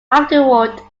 afterward